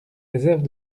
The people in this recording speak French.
réserve